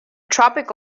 tropic